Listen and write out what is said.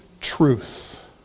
truth